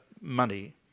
money